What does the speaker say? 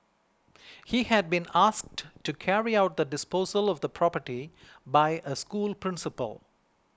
he had been asked to carry out the disposal of the property by a school principal